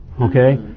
okay